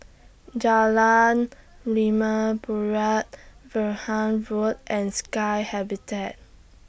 Jalan Limau Purut Vaughan Road and Sky Habitat